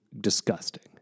disgusting